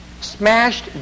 Smashed